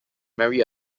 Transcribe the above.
marry